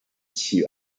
起源